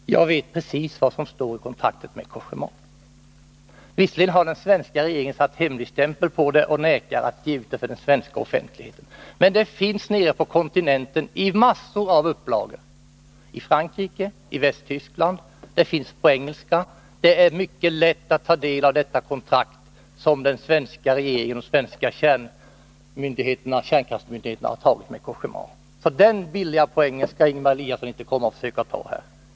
Herr talman! Jag vet precis vad som står i kontraktet med Cogéma. Visserligen har den svenska regeringen satt hemligstämpel på kontraktet och nekar att ge ut det till den svenska offentligheten, men det finns nere på kontinenten i massor av upplagor. Det finns i Frankrike och i Västtyskland, och det finns på engelska. Det är mycket lätt att ta del av detta kontrakt, som den svenska regeringen och de svenska kärnkraftsmyndigheterna har slutit med Cogéma. Den billiga poängen skall alltså Ingemar Eliasson inte försöka ta här.